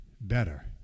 better